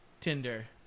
Tinder